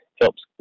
helps